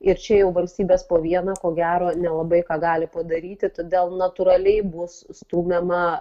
ir čia jau valstybės po vieną ko gero nelabai ką gali padaryti todėl natūraliai bus stumiama